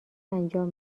انجام